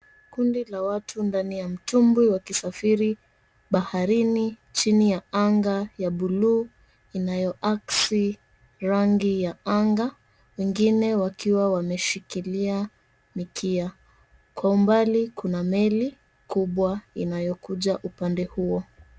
Kundi la watu ndani ya mtumbwi wakisafiri baharini chini ya anga ya buluu inayoaksi rangi ya anga, wengine wakiwa wameshikilia mikia. Kwa mbali kuna meli kubwa inayokuja upande huo.